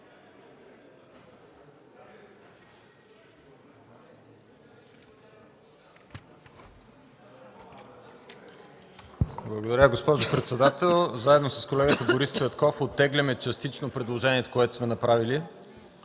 Благодаря, госпожо председател. С колегата Борис Цветков оттегляме частично предложението, което сме направили,